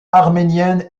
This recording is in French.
arménienne